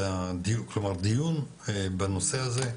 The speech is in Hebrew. נקיים דיון בנושא הזה,